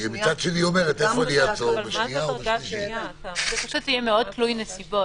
זה גם בא לידי ביטוי בנוסח.